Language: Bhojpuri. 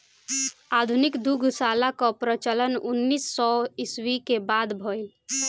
आधुनिक दुग्धशाला कअ प्रचलन उन्नीस सौ ईस्वी के बाद भइल